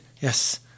yes